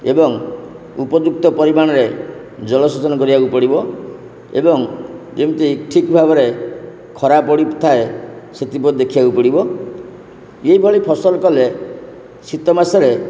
ଏବଂ ଉପଯୁକ୍ତ ପରିମାଣରେ ଜଳସେଚନ କରିବାକୁ ପଡ଼ିବ ଏବଂ ଯେମିତି ଠିକ୍ ଭାବରେ ଖରା ପଡ଼ିଥାଏ ସେଥିପ୍ରତି ଦେଖିବାକୁ ପଡ଼ିବ ଏଭଳି ଫସଲ କଲେ ଶୀତ ମାସରେ